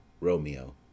Romeo